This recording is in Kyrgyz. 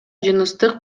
жыныстык